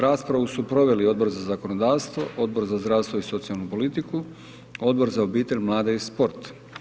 Raspravu su proveli Odbor za zakonodavstvo, Odbor za zdravstvo i socijalnu politiku, Odbor za obitelj, mlade i sport.